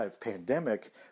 pandemic